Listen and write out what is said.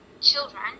children